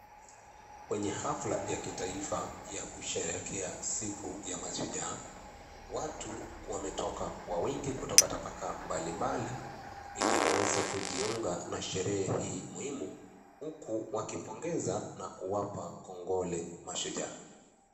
Kwenye hafla ya kitaifa ya kusherekea siku ya mashujaa. Watu wametoka kwa wingi kutoka tabaka mbali mbali, ili waweze kujiunga na sherehe hii muhimu. Huku wakipongeza na kuwapa kongole mashujaa.